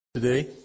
Today